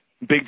big